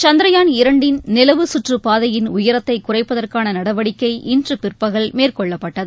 சந்திரயான் இரண்டின் நிலவு கற்று பாதையின் உயரத்தை குறைப்பதற்கான நடவடிக்கையை இன்று பிற்பகல் மேற்கொள்ளப்பட்டது